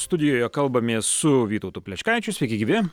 studijoje kalbamės su vytautu plečkaičiu sveiki gyvi